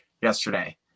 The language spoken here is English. yesterday